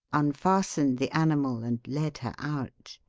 unfastened the animal and led her out.